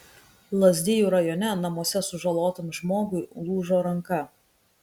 lazdijų rajone namuose sužalotam žmogui lūžo ranka